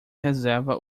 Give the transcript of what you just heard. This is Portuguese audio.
reserva